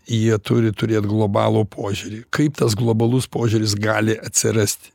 jie turi turėt globalo požiūrį kaip tas globalus požiūris gali atsirast